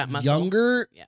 younger